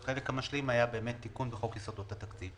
החלק המשלים היה תיקון בחוק יסודות התקציב,